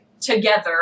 together